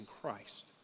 Christ